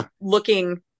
looking